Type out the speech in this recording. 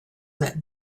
that